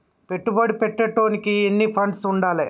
పెట్టుబడి పెట్టేటోనికి ఎన్ని ఫండ్స్ ఉండాలే?